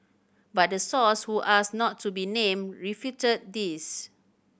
but the source who asked not to be named refuted this